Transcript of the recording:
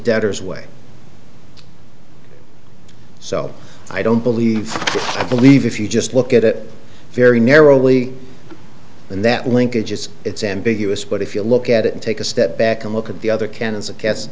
debtors way so i don't believe i believe if you just look at it very narrowly and that linkage is it's ambiguous but if you look at it and take a step back and look at the other can